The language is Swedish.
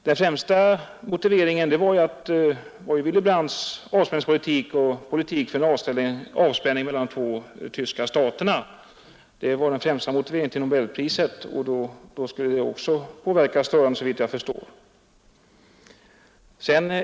Den främsta motiveringen till Nobelpriset var ju Willy Brandts politik för en avspänning mellan de två tyska staterna. Detta skulle då också påverka störande, såvitt jag förstår.